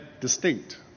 distinct